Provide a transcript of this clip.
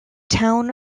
town